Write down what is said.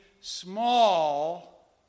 small